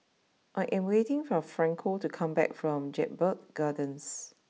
I am waiting for Franco to come back from Jedburgh Gardens